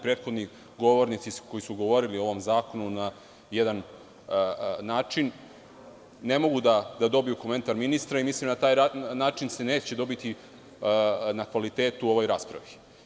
Prethodni govornici koji su govorili o ovom zakonu na jedan način ne mogu da dobiju komentar ministra i mislim da se na taj način neće dobiti na kvalitetu u ovoj raspravi.